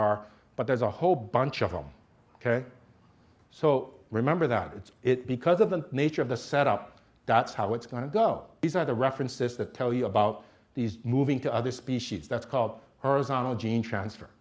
are but there's a whole bunch of them ok so remember that it's it because of the nature of the setup that's how it's going to go these are the references that tell you about these moving to other species that's called horizontal gene transfer